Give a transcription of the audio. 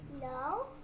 No